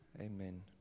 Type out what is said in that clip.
Amen